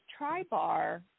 Tribar